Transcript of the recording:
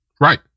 Right